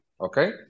okay